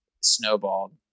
snowballed